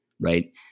right